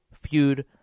feud